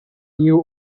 new